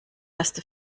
erste